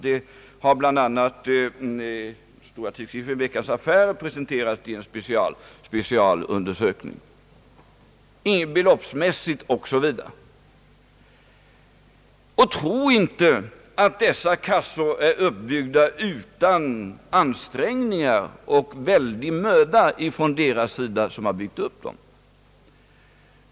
Det har bl.a. i en stor artikel i Veckans Affärer presenterats en specialundersökning härom, beloppsmässigt osv. Tro inte att dessa kassor är uppbyggda utan ansträngningar och väldig möda från deras sida som har byggt upp dem.